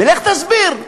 ולך תסביר,